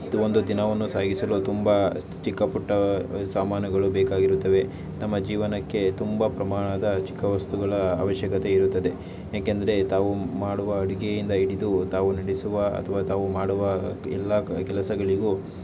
ಪ್ರತಿಯೊಂದು ದಿನವನ್ನು ಸಾಗಿಸಲು ತುಂಬ ಚಿಕ್ಕ ಪುಟ್ಟ ಸಾಮಾನುಗಳು ಬೇಕಾಗಿರುತ್ತವೆ ತಮ್ಮ ಜೀವನಕ್ಕೆ ತುಂಬ ಪ್ರಮಾಣದ ಚಿಕ್ಕ ವಸ್ತುಗಳ ಅವಶ್ಯಕತೆ ಇರುತ್ತದೆ ಏಕೆಂದರೆ ತಾವು ಮಾಡುವ ಅಡುಗೆಯಿಂದ ಹಿಡಿದು ತಾವು ನಡೆಸುವ ಅಥವಾ ತಾವು ಮಾಡುವ ಎಲ್ಲ ಕೆಲಸಗಳಿಗು